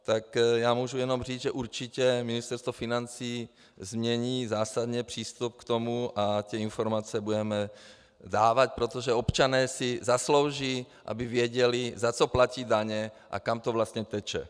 Tak já mohu jenom říci, že určitě Ministerstvo financí změní k tomu zásadně přístup a informace budeme dávat, protože občané si zaslouží, aby věděli, za co platí daně a kam to vlastně teče.